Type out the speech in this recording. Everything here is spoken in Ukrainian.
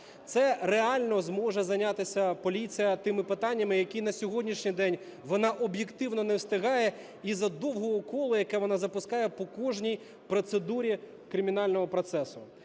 Це реально зможе зайнятися поліція, тими питаннями, які на сьогоднішній день вона об'єктивно не встигає із-за довгого кола, яке вона запускає по кожній процедурі кримінального процесу.